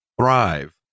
thrive